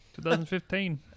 2015